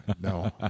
no